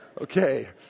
Okay